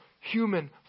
human